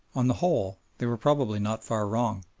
on the whole they were probably not far wrong,